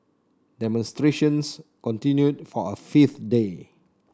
demonstrations continued for a fifth day